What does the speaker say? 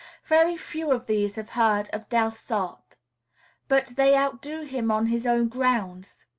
very few of these have heard of delsarte but they outdo him on his own grounds.